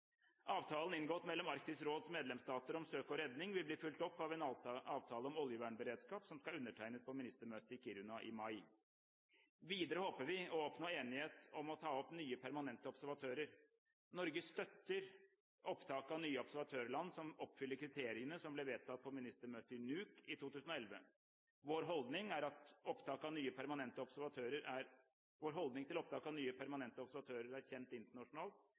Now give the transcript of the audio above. Avtalen inngått mellom Arktisk råds medlemsstater om søk og redning vil bli fulgt opp av en avtale om oljevernberedskap, som skal undertegnes på ministermøtet i Kiruna i mai. Videre håper vi å oppnå enighet om å ta opp nye permanente observatører. Norge støtter opptak av nye observatørland som oppfyller kriteriene som ble vedtatt på ministermøtet i Nuuk i 2011. Vår holdning til opptak av nye permanente observatører er kjent internasjonalt.